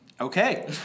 Okay